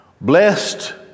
Blessed